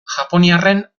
japoniarren